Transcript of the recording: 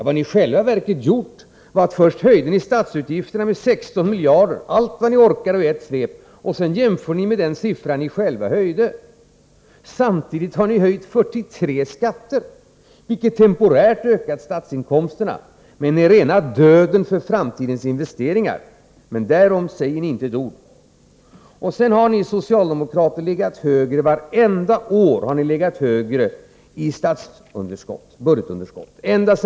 Vad ni i själva verket gjorde var att ni först höjde statsutgifterna med 16 miljarder — allt vad ni orkade ochi ett svep — och sedan jämförde med den siffra ni själva höjt. Samtidigt har ni höjt 43 skatter, vilket temporärt har ökat statsinkomsterna men är rena döden för framtidens investeringar. Men därom säger ni inte ett ord. Ända sedan 1976 har ni socialdemokrater legat högre än vi när det gäller budgetunderskott.